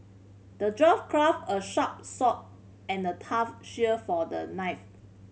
the dwarf crafted a sharp sword and a tough shield for the knife